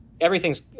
everything's